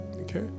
Okay